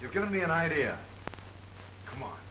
you're going to be an idea come on